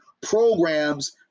programs